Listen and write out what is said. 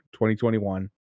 2021